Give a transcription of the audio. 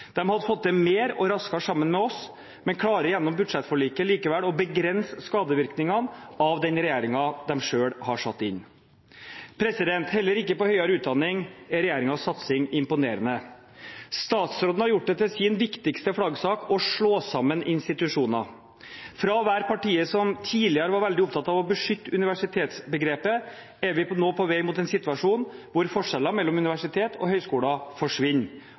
mer – og raskere – sammen med oss, men klarer gjennom budsjettforliket likevel å begrense skadevirkningene av den regjeringen de selv har satt inn. Heller ikke på høyere utdanning er regjeringens satsing imponerende. Statsråden har gjort det til sin viktigste flaggsak å slå sammen institusjoner. Fra å være partiet som tidligere var veldig opptatt av å beskytte universitetsbegrepet, er vi nå på vei mot en situasjon hvor forskjellen mellom universitet og høgskoler forsvinner.